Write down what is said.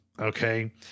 Okay